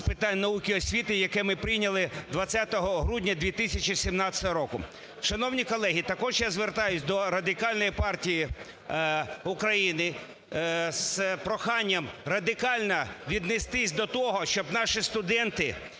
питань науки і освіти, яке ми прийняли 20 грудня 2017 року. Шановні колеги, також я звертаюсь до Радикальної партії України з проханням радикально віднестись до того, щоб наші студенти,